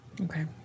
Okay